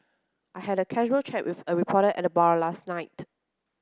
I had a casual chat with a reporter at the bar last night